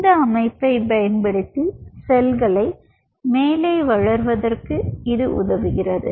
இந்த அமைப்பைப் பயன்படுத்தி செல்களை மேலே வளர்வதற்கு இது உதவுகிறது